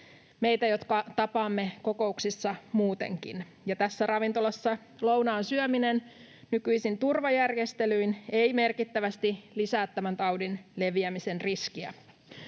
meitä, jotka tapaamme kokouksissa muutenkin, ja tässä ravintolassa lounaan syöminen nykyisin turvajärjestelyin ei merkittävästi lisää tämän taudin leviämisen riskiä.